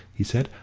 he said,